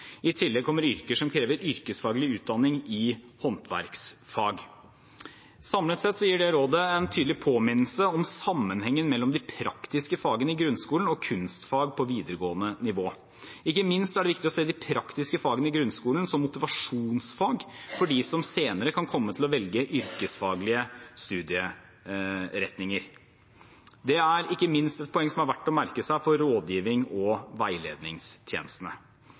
I tillegg kommer yrker som krever yrkesfaglig utdanning i håndverksfag. Samlet sett gir rådet en tydelig påminnelse om sammenhengen mellom de praktiske fagene i grunnskolen og kunstfag på videregående nivå. Ikke minst er det viktig å se de praktiske fagene i grunnskolen som motivasjonsfag for dem som senere kan komme til å velge yrkesfaglige studieretninger. Det er ikke minst et poeng som er verdt å merke seg for rådgivnings- og veiledningstjenestene.